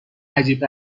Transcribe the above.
عجیب